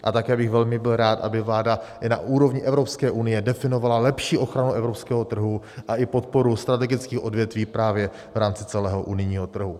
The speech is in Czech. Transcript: A také bych byl velmi rád, aby vláda i na úrovni Evropské unie definovala lepší ochranu evropského trhu a i podporu strategických odvětví právě v rámci celého unijního trhu.